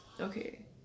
Okay